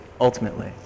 ultimately